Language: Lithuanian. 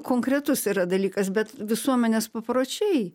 konkretus yra dalykas bet visuomenės papročiai